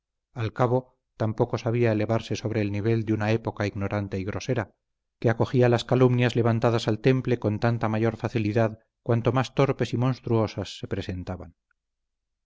al cabo tampoco sabía elevarse sobre el nivel de una época ignorante y grosera que acogía las calumnias levantadas al temple con tanta mayor facilidad cuanto más torpes y monstruosas se presentaban